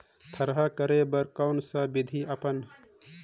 थरहा करे बर कौन सा विधि अपन?